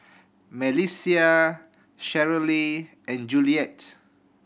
Melissia Cheryle and Juliet